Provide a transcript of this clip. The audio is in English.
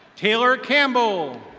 taylor campbell.